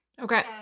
Okay